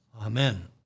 Amen